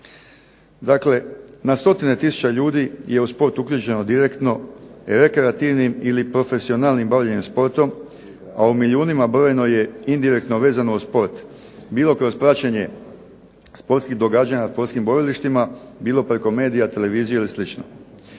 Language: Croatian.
Dakle na stotine tisuća ljudi je u sport uključeno direktno rekreativnim ili profesionalnim bavljenjem sportom, a u milijunima brojeno je indirektno vezano uz sport, bilo kroz praćenje sportskih događanja na sportskim borilištima, bilo preko medija, televizije ili